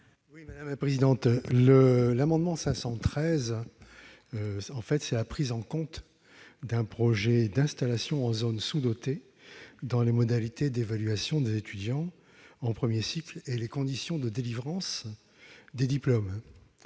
513 rectifié vise à permettre la prise en compte d'un projet d'installation en zone sous-dotée dans les modalités d'évaluation des étudiants en premier cycle et les conditions de délivrance des diplômes.